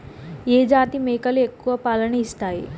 ఏ జాతి మేకలు ఎక్కువ పాలను ఇస్తాయి?